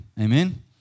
Amen